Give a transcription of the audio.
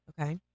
Okay